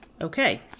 Okay